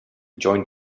joint